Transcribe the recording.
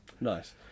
Nice